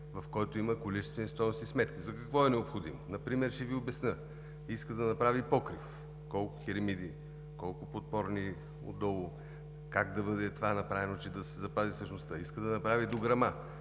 в който има количествено-стойностни сметки. За какво е необходимо? Ще Ви обясня. Например: иска да направи покрив – колко керемиди, колко подпори отдолу, как да бъде направено това, че да се запази същността. Иска да направи дограма